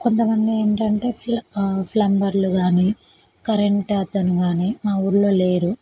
కొంత మంది ఏంటంటే ఫ్ల ఫ్లంబర్లు కానీ కరెంట్ అతను కానీ మా ఊళ్ళో లేరు